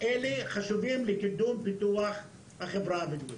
זה חשוב לקידום פיתוח החברה הבדואית.